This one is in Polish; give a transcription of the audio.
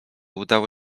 udało